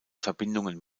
verbindungen